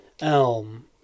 Elm